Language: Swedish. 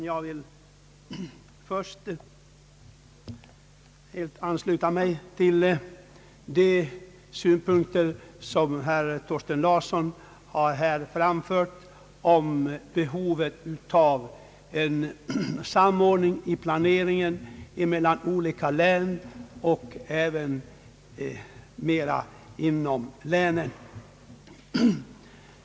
Herr talman! Först ber jag att få ansluta mig till de synpunkter som herr Thorsten Larsson här anfört på behovet av en samordning när det gäller planeringen mellan olika län och inom länen.